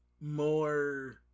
more